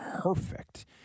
perfect